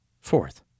fourth